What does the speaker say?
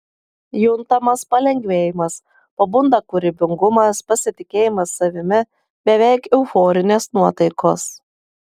juntamas palengvėjimas pabunda kūrybingumas pasitikėjimas savimi beveik euforinės nuotaikos